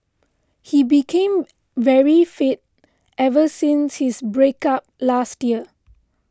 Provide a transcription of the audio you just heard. he became very fit ever since his break up last year